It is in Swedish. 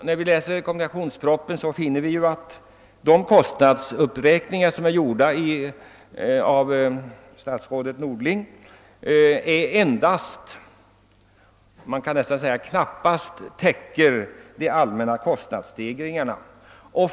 Läser vi kommunikationspropositionen finner vi ju att de av statsrådet Norling gjorda kostnadsuppräkningarna knappast täcker de allmänna kostnadsstegringarna.